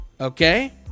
Okay